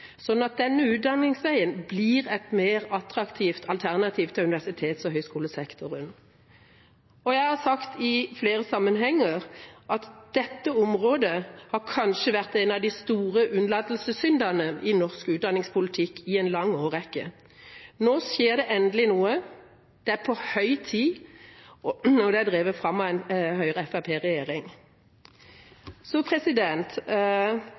at denne utdanningsveien blir et mer attraktivt alternativ til universitets- og høyskolesektoren. Jeg har i flere sammenhenger sagt at dette området kanskje har vært en av de store unnlatelsessyndene i norsk utdanningspolitikk i en lang årrekke. Nå skjer det endelig noe. Det er på høy tid. Og det er drevet fram av en